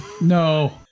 No